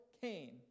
Cain